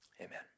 Amen